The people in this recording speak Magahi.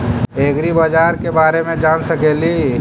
ऐग्रिबाजार के बारे मे जान सकेली?